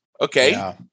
Okay